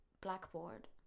blackboard